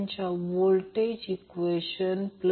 58 millihenry मिळेल